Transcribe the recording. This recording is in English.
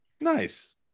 Nice